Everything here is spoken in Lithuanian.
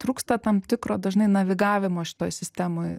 trūksta tam tikro dažnai navigavimo šitoj sistemoj